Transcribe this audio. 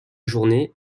journée